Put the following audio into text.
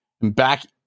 back